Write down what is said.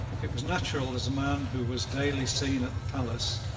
it was natural that a man who was daily seen at the palace,